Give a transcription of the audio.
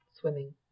swimming